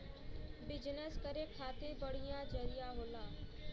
business करे खातिर बढ़िया जरिया होला